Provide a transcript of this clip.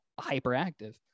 hyperactive